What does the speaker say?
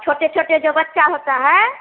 छोटे छोटे जो बच्चा होता है